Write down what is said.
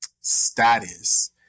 status